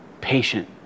patient